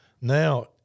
Now